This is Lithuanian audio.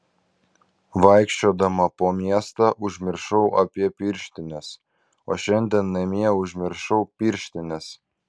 vaikščiodama po miestą užmiršau apie pirštines o šiandien namie užmiršau pirštines